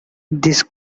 this